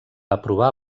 aprovar